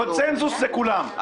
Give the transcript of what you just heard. קונצנזוס לכולם,